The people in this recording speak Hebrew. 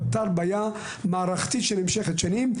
הוא פתר בעיה מערכתית שנמשכת שנים.